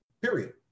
Period